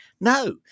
no